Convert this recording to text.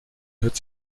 hört